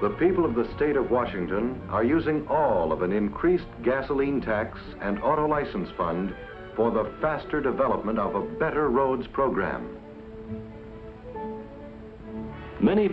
the people of the state of washington are using all of an increased gasoline tax and our license fund for the faster development better roads program many